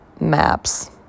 Maps